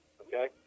Okay